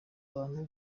abantu